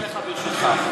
אני אענה לך, ברשותך.